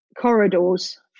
corridors